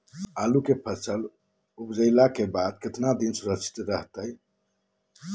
आलू के फसल उपजला के बाद कितना दिन सुरक्षित रहतई सको हय?